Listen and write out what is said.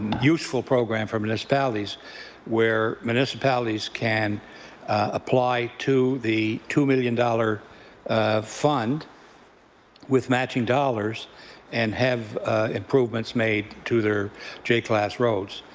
useful program for municipalities where municipalities can apply to the two million dollars fund with matching dollars and have improvements made to their j-class roads.